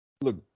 look